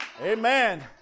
Amen